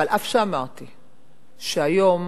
ואף